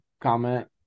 comment